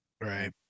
right